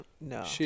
No